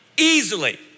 easily